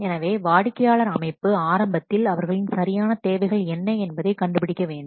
எனவே வாடிக்கையாளர் அமைப்பு ஆரம்பத்தில் அவர்களின் சரியான தேவைகள் என்ன என்பதைக் கண்டுபிடிக்க வேண்டும்